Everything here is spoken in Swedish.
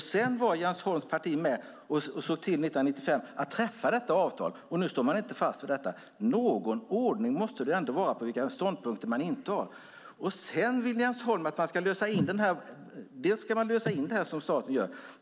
Sedan var Jens Holms parti med 1995 och såg till att träffa detta avtal. Men nu står man inte fast vid detta. Någon ordning måste det ändå vara på vilka ståndpunkter man intar. Sedan vill Jens Holm att staten ska lösa in detta.